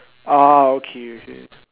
ah okay okay